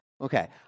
Okay